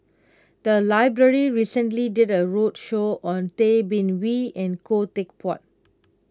the library recently did a roadshow on Tay Bin Wee and Khoo Teck Puat